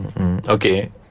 okay